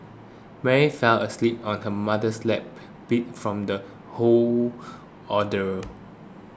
Mary fell asleep on her mother's lap beat from the whole ordeal